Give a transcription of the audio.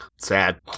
Sad